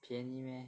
便宜 meh